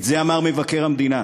את זה אמר מבקר המדינה.